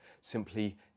simply